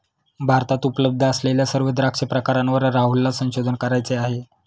भारतात उपलब्ध असलेल्या सर्व द्राक्ष प्रकारांवर राहुलला संशोधन करायचे आहे